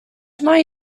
mae